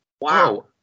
Wow